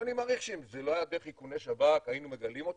אני מעריך שאם זה לא היה דרך איכוני שב"כ היינו מגלים אותם,